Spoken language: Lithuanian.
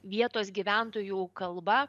vietos gyventojų kalba